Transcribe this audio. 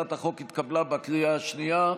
שהצעת החוק התקבלה בקריאה שנייה.